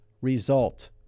result